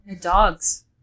dogs